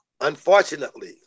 Unfortunately